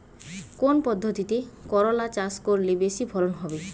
কোন পদ্ধতিতে করলা চাষ করলে বেশি ফলন হবে?